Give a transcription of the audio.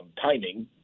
timing